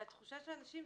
והתחושה של האנשים,